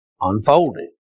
unfolded